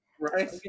Right